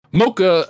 mocha